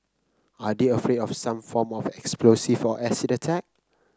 are they afraid of some form of explosive or acid attack